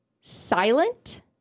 silent